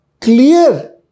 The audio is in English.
clear